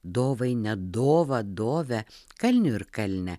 dovainę dovą dovę kalnių ir kalnę